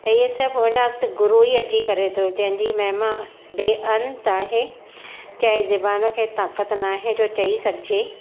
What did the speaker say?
त हीअ सभु हुन वक़्ति गुरू ई अची करे थो जंहिंजी महिमा बेअंत आहे कंहिं ज़बान खे ताक़त न आहे जो चयी सघिजे